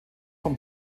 von